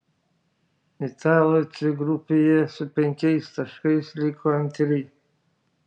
italai c grupėje su penkiais taškais liko antri